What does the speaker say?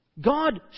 God